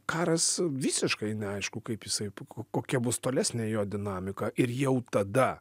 karas visiškai neaišku kaip jisai kokia bus tolesnė jo dinamika ir jau tada